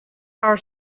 are